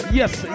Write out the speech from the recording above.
yes